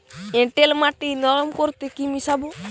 এঁটেল মাটি নরম করতে কি মিশাব?